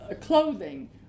clothing